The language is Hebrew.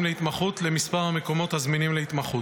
להתמחות למספר המקומות הזמינים להתמחות.